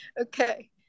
Okay